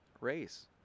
race